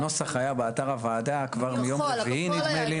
הנוסח היה באתר הוועדה כבר מיום רביעי נדמה לי,